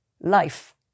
life